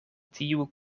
tiu